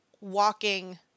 walking